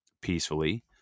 peacefully